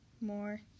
more